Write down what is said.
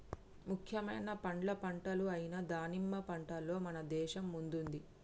ముఖ్యమైన పండ్ల పంటలు అయిన దానిమ్మ పంటలో మన దేశం ముందుంది